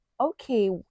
okay